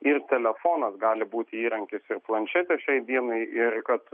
ir telefonas gali būti įrankis ir planšetė šiai dienai ir kad